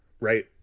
right